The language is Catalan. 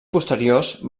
posteriors